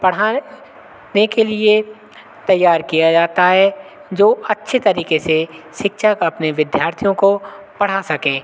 पढ़ा ने के लिए तैयार किया जाता है जो अच्छे तरीक़े से सिक्षाक अपने विध्यार्थियों को पढ़ा सकें